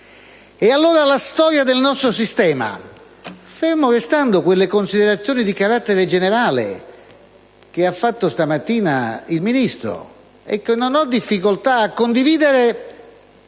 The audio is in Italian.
Ecco la storia del nostro sistema, ferme restando le considerazioni di carattere generale che ha fatto stamattina il Ministro e che non ho difficoltà a condividere.